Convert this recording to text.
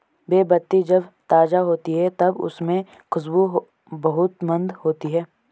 बे पत्ती जब ताज़ा होती है तब उसमे खुशबू बहुत मंद होती है